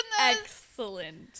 Excellent